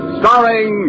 starring